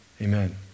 Amen